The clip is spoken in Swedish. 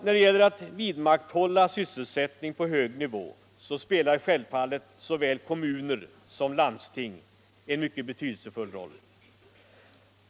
När det gäller att vidmakthålla sysselsättning på en hög nivå spelar självfallet såväl kommuner som landsting en mycket betydelsefull roll.